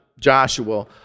Joshua